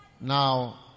Now